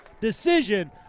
decision